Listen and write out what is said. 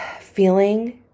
feeling